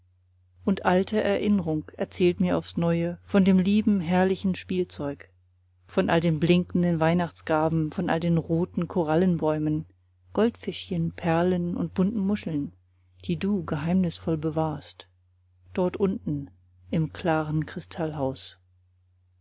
und alte erinnrung erzählt mir aufs neue von all dem lieben herrlichen spielzeug von all den blinkenden weihnachtsgaben von all den roten korallenbäumen goldfischchen perlen und bunten muscheln die du geheimnisvoll bewahrst dort unten im klaren